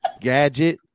gadget